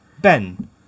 Ben